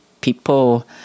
people